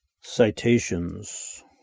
Citations